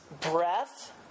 breath